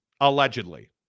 allegedly